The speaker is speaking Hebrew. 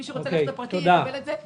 מי שרוצה ללכת לפרטי יקבל את זה.